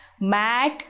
mat